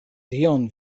tion